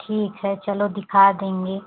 ठीक है चलो दिखा देंगे